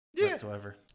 whatsoever